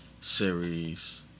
series